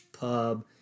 pub